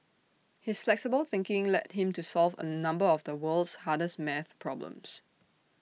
his flexible thinking led him to solve A number of the world's hardest maths problems